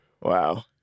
Wow